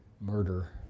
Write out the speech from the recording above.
murder